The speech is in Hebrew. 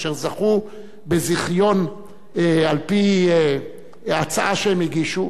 אשר זכו בזיכיון על-פי הצעה שהם הגישו,